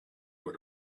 what